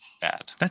bad